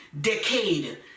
decade